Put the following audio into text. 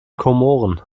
komoren